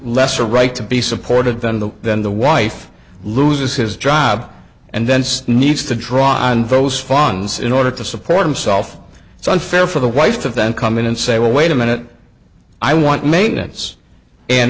right to be supported than the than the wife loses his job and thence needs to draw on those funds in order to support himself it's unfair for the wife of then come in and say wait a minute i want maintenance and